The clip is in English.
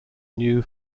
new